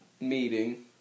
meeting